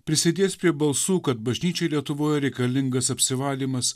prisidės prie balsų kad bažnyčioj lietuvoj reikalingas apsivalymas